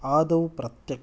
आदौ प्रत्यक्षम्